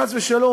חס ושלום,